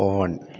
on